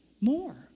more